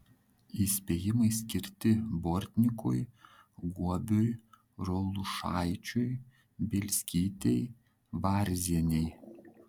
įspėjimai skirti bortnikui guobiui raulušaičiui bielskytei varzienei